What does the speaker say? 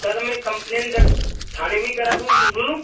sir मैं complaint दर्ज थाने में ही करा दूँ